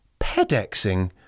Pedexing